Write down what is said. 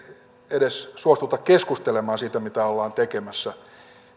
edes suostuta keskustelemaan siitä mitä ollaan tekemässä